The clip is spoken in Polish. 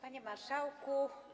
Panie Marszałku!